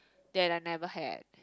that I never had